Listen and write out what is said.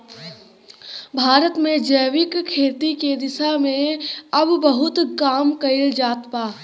भारत में जैविक खेती के दिशा में अब बहुत काम कईल जात बा